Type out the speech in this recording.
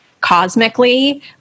cosmically